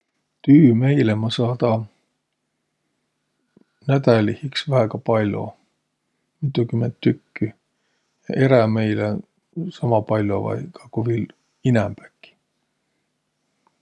Tüümeile ma saada nädälih iks väega pall'o, mitukümmend tükkü. Erämeile sama pall'o vai kaeq ku viil inämb äkki.